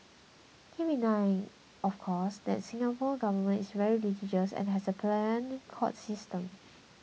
keep in mind of course that the Singapore Government is very litigious and has a pliant court system